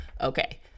Okay